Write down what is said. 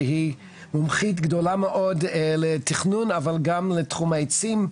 מומחית גדולה מאוד לתכנון אבל גם לתחום העצים.